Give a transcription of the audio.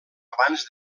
abans